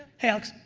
hey alex.